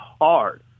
hard